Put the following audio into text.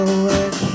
work